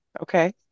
okay